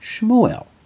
Shmuel